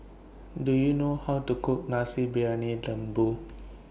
Do YOU know How to Cook Nasi Briyani Lembu